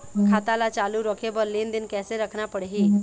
खाता ला चालू रखे बर लेनदेन कैसे रखना पड़ही?